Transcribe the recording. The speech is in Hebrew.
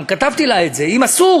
גם כתבתי לה את זה: אם אסור,